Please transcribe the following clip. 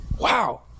Wow